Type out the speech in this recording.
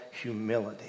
humility